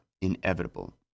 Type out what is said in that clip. inevitable